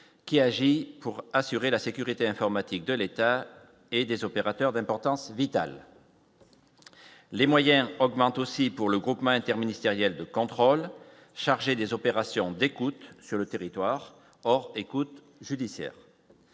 qui agit pour assurer la sécurité informatique de l'État et des opérateurs d'importance vitale les moyens augmentent aussi pour le Groupement interministériel de contrôle chargé des opérations d'écoute sur le territoire, or écoutes judiciaires